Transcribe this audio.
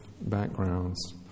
backgrounds